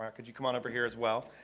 um could you come on over here, as well,